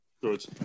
good